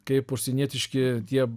kaip užsienietiški tie